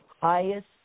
highest